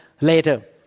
later